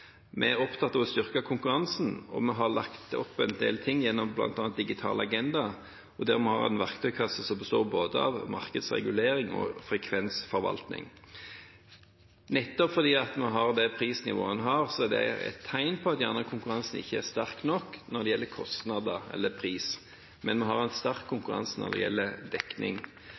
Vi er opptatt av å styrke konkurransen og har lagt opp en del ting gjennom bl.a. Digital agenda for Norge. Der har vi en verktøykasse som består både av markedsregulering og av frekvensforvaltning. Nettopp fordi vi har det prisnivået vi har, er det et tegn på at konkurransen gjerne ikke er sterk nok når det gjelder kostnader eller pris. Men vi har en sterk konkurranse når det gjelder dekning.